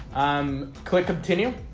um click continue